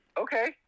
okay